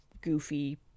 goofy